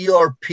ERP